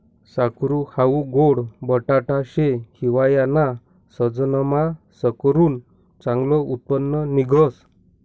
साकरू हाऊ गोड बटाटा शे, हिवायाना सिजनमा साकरुनं चांगलं उत्पन्न निंघस